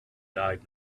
died